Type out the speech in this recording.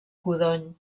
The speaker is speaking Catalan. codony